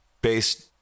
based